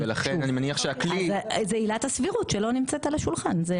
זה עילת הסבירות שלא נמצאת על השולחן.